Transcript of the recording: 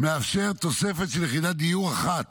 מאפשר תוספת של יחידת דיור אחת